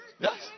Yes